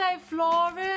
florence